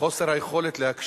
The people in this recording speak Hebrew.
חברי הכנסת,